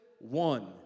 One